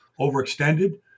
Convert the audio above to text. overextended